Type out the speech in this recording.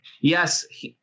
yes